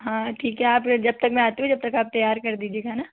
हाँ ठीक है आप जब तक मैं आती हूँ जब तक आप तैयार कर दीजिएगा ना